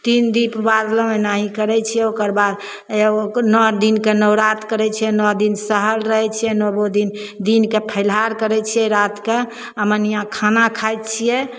तीन दीप बारलहुँ एनाहि करै छिए ओकरबाद एगो नओ दिनके नवराति करै छिए नओ दिन सहल रहै छिए नओ दिनके फलहार करै छिए रातिके अमनिआँ खाना खाइ छिए